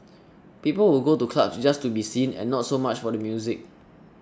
people would go to clubs just to be seen and not so much for the music